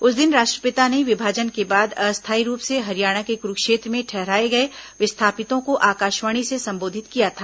उस दिन राष्ट्रपिता ने विभाजन के बाद अस्थायी रूप से हरियाणा के कुरुक्षेत्र में ठहराए गए विस्थापितों को आकाशवाणी से संबोधित किया था